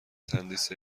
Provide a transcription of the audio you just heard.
تندیس